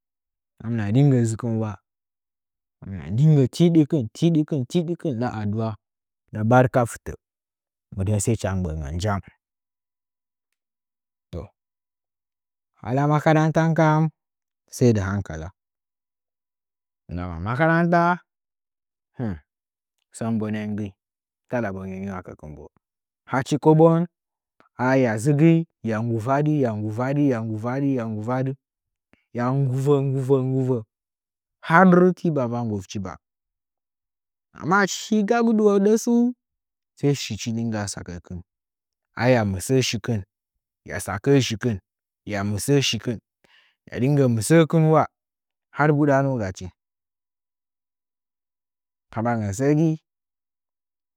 Mamna ringə dzɨkɨn wa ma mnadɨnggə tidɨkɨn tidikɨn tidɨ kɨn nda aduwa nda barka fɨtə mɨndən sai cha gbə’əngən jain toh halla makarantan kau saidi hankala ndama makarantaa sən bonə gəi taɗa bone ngi wakəkɨn bo hachi kobon anya ɗzɨgəi nggɨvwadɨ hiya nggɨvwadɨ hiya nggivwadɨ hiya nggɨvo nggɨvo nggɨvo har tii ba mab nggɨvchi ba amma achi he gagu dɨhoɗa sai shichi ringga gəkɨn aya mɨsə’ə shikɨn hiya tsakə’ə shikɨn hiya misə’ə shikin miya ringgə mɨsə’əkin wa har mbudanugachi kambangən səə gi.